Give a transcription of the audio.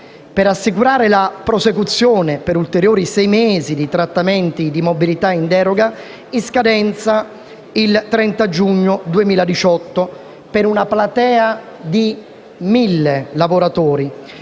Per assicurare la prosecuzione per ulteriori sei mesi di trattamenti di mobilità in deroga in scadenza il 30 giugno 2018 per una platea di 1.000 lavoratori